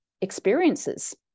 experiences